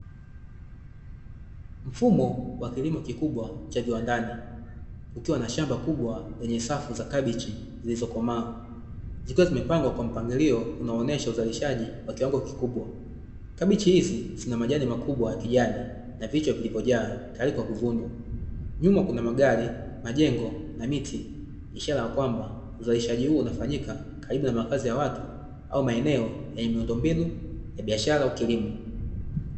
Mfumo wa kilimo kikubwa cha viwandani ukiwa na shamba kubwa lenye safu za kabichi zilizokomaa, zikiwa zimepangwa kwa mpangilio unaonyesha uzalishaji wa kiwango kikubwa. Kabichi hizi zina majani makubwa ya kijani na vichwa vilivyojaa taarifa kuvunwa. Nyuma kuna magari, majengo na miti; ishara ya kwamba uzalishaji huu unafanyika karibu na makazi ya watu, au maeneo yenye miundombinu ya biashara au kilimo.